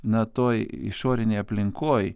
na toj išorinėj aplinkoj